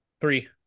Three